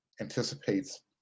anticipates